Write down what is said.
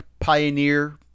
pioneer